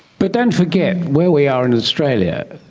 but don't forget where we are in australia,